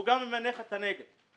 ממנף את הנגב.